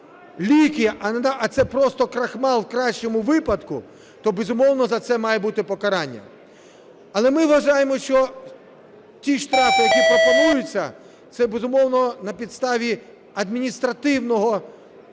а це просто крохмаль в кращому випадку, то, безумовно, за це має бути покарання. Але ми вважаємо, що ті штрафи, які пропонуються, це, безумовно, на підставі адміністративного